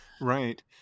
Right